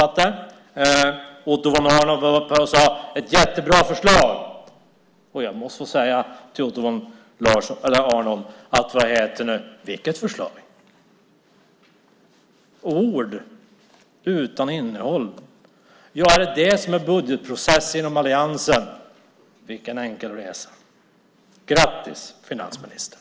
Otto von Arnold sade att det var ett jättebra förslag. Jag vill fråga Otto von Arnold: Vilket förslag? Är det ord utan innehåll som är budgetprocessen inom alliansen? Vilken enkel resa! Grattis, finansministern!